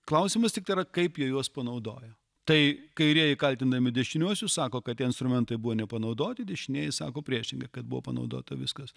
klausimas tik tėra kaip jie juos panaudoja tai kairieji kaltindami dešiniuosius sako kad tie instrumentai buvo nepanaudoti dešinieji sako priešingai kad buvo panaudota viskas